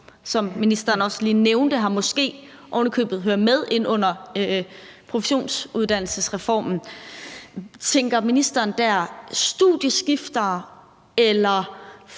som ministeren også lige nævnte måske ovenikøbet hører med ind under professionsuddannelsesreformen. Tænker ministeren dér på studieskiftere eller